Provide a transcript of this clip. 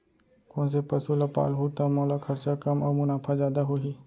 कोन से पसु ला पालहूँ त मोला खरचा कम अऊ मुनाफा जादा होही?